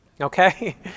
Okay